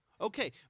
Okay